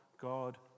God